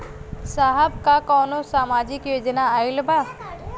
साहब का कौनो सामाजिक योजना आईल बा?